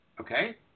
Okay